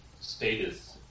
status